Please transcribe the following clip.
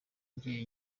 ngiye